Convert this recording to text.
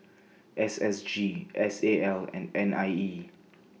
S S G S A L and N I E